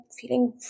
feeling